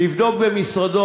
שיבדוק במשרדו,